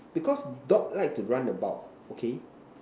because dog like to run about okay